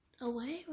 Away